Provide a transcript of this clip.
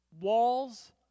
walls